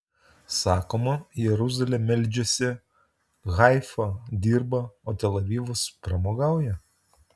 sakoma jeruzalė meldžiasi haifa dirba o tel avivas pramogauja